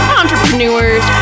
entrepreneurs